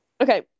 okay